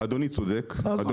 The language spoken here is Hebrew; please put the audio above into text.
אדוני צודק -- אז אוקיי,